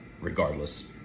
regardless